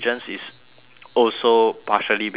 also partially based on genetics